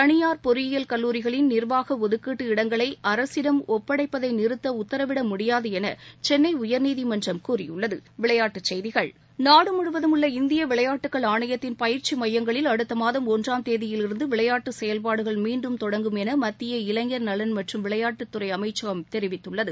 தளியார் பொறியியல் கல்லூரிகளின் நிர்வாக ஒதுக்கீட்டு இடங்களை அரசிடம் ஒப்படைப்பதை நிறுத்த உத்தரவிட முடியாது என சென்னை உயா்நீதிமன்றம் கூறியுள்ளது நாடு முழுவதும் உள்ள இந்திய விளையாட்டுக்கள் ஆணையத்தின் பயிற்சி மையங்களில் அடுத்த மாதம் ஒன்றாம் தேதியிலிருந்து விளையாட்டு செயல்பாடுகள் மீண்டும் தொடங்கும் என மத்திய இளைஞர் நலன் மற்றும் விளையாட்டுக்களை அமைச்சகம் தெரிவித்துள்ளது